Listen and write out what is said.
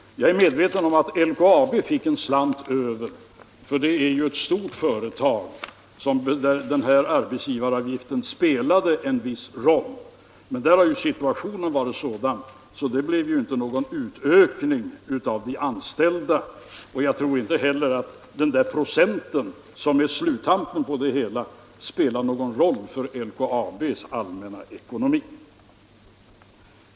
Jag är medveten om att LKAB fick en slant över. Det är ju ett stort företag, där arbetsgivaravgiften spelade en viss roll. Men där har ju situationen varit sådan att det inte blev någon utökning av antalet anställda. Jag tror inte heller att den där procenten, som är sluttampen på det hela, spelar någon roll för LKAB:s allmänna ekonomi.